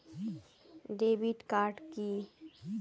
Debit card key?